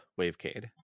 wavecade